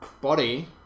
body